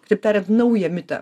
kitaip tariant naują mitą